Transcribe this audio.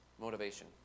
motivation